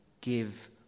give